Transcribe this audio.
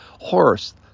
horse